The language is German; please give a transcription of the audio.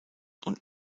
und